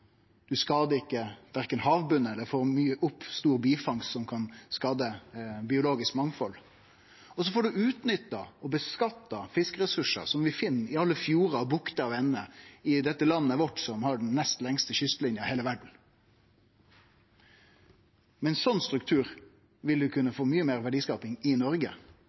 skadar ikkje havbotnen eller får opp for mykje bifangst som kan skade det biologiske mangfaldet. Og så får ein utnytta fiskeressursane som vi finn i alle fjordar og bukter og endar i dette landet vårt, som har den nest lengste kystlinja i heile verda. Med ein slik struktur ville ein kunne få mykje meir verdiskaping i Noreg.